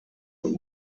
und